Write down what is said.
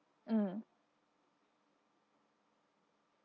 mm